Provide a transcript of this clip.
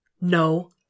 No